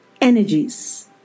energies